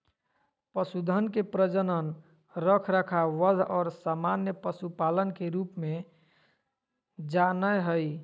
पशुधन के प्रजनन, रखरखाव, वध और सामान्य पशुपालन के रूप में जा नयय हइ